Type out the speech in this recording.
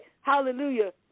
hallelujah